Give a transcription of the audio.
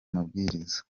mabwiriza